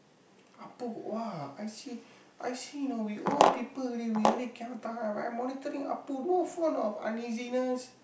Appu !wah! I see I see you know we old people already we really cannot tahan I monitoring Appu no form of uneasiness